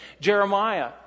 Jeremiah